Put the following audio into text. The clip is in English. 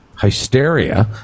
hysteria